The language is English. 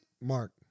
Mark